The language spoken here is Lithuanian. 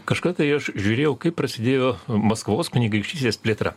kažkada tai aš žiūrėjau kaip prasidėjo maskvos kunigaikštystės plėtra